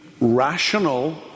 rational